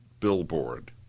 billboard